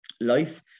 life